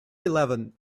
eleven